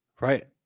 Right